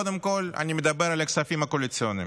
קודם כול אני מדבר על הכספים הקואליציוניים.